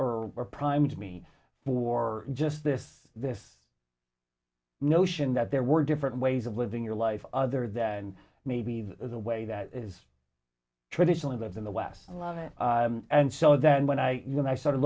or primed me for just this this notion that there were different ways of living your life other than maybe there's a way that is traditionally lived in the west i love it and so then when i when i started